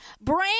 Brand